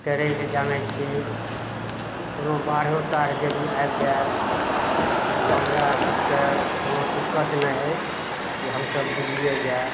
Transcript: तैरयके जानय छी कोनो बाढ़ो ताढ़ यदि आबि जायत तऽ हमरा सभके कोनो दिक्कत नहि अछि कि हम सभ डुबियै जायब